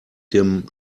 dem